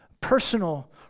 personal